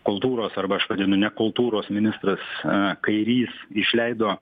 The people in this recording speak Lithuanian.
kultūros arba aš vadinu ne kultūros ministras kairys išleido